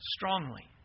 Strongly